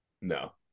No